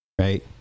right